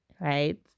right